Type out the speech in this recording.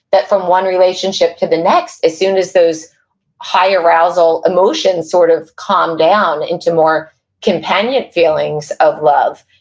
that from one relationship to the next, as soon as those high arousal emotions sort of calmed down into more companion feelings of love,